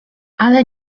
ale